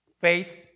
Faith